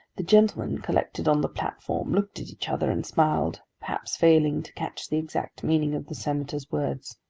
the gentlemen collected on the platform looked at each other and smiled, perhaps failing to catch the exact meaning of the senator's words.